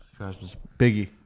Biggie